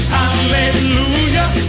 hallelujah